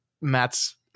matt's